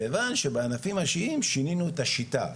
כיוון שבענפים האישיים שינינו את השיטה.